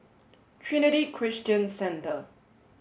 Trinity Christian Centre